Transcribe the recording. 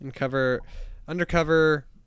Undercover